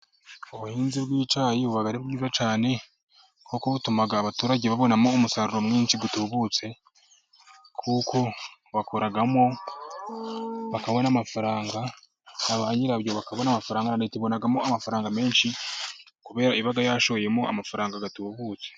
Ubuhinzi bw'icyayi buba ari bwiza cyane, kuko butuma abaturage babonamo, umusaruro mwinshi utubutse, kuko bakoramo bakabona amafaranga, na banyirabyo bakabona amafaranga, Leta ibonamo amafaranga menshi, kubera ko iba yashoyemo amafaranga atubutse.